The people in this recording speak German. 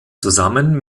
zusammen